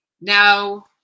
Now